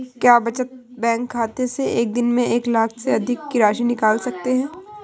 क्या बचत बैंक खाते से एक दिन में एक लाख से अधिक की राशि निकाल सकते हैं?